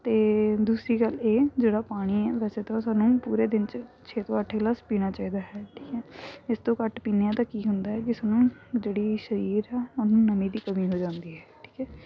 ਅਤੇ ਦੂਸਰੀ ਗੱਲ ਇਹ ਜਿਹੜਾ ਪਾਣੀ ਹੈ ਵੈਸੇ ਤਾਂ ਉਹ ਸਾਨੂੰ ਪੂਰੇ ਦਿਨ 'ਚ ਛੇ ਤੋਂ ਅੱਠ ਗਲਾਸ ਪੀਣਾ ਚਾਹੀਦਾ ਹੈ ਠੀਕ ਹੈ ਇਸ ਤੋਂ ਘੱਟ ਪੀਂਦੇ ਹਾਂ ਤਾਂ ਕੀ ਹੁੰਦਾ ਕਿ ਸਾਨੂੰ ਜਿਹੜੀ ਸਰੀਰ ਆ ਉਹਨੂੰ ਨਮੀ ਦੀ ਕਮੀ ਹੋ ਜਾਂਦੀ ਹੈ ਠੀਕ ਹੈ